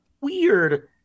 weird